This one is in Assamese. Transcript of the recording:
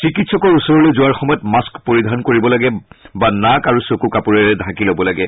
চিকিৎসকৰ ওচৰলৈ যোৱাৰ সময়ত মাস্থ পৰিধান কৰিব লাগে বা নাক আৰু চকু কাপোৰেৰে ঢাকি ল'ব লাগে